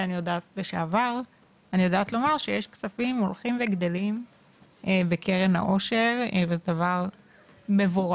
לשעבר אני יודעת לומר שיש כספים הולכים וגדלים בקרן העושר וזה דבר מבורך.